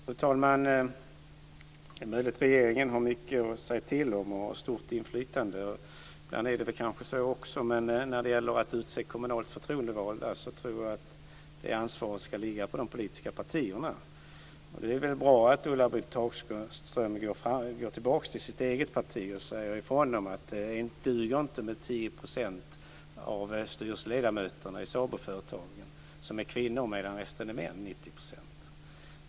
Fru talman! Det är möjligt att regeringen har mycket att säga till om och ett stort inflytande. Ibland är det nog så. Men när det gäller att utse kommunalt förtroendevalda tror jag att ansvaret ska ligga på de politiska partierna. Det är väl bra att Ulla-Britt Hagström går tillbaka till sitt eget parti och säger att det inte duger att 10 % av styrelseledamöterna i SA BO-företagen är kvinnor medan resten, 90 %, är män.